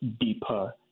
deeper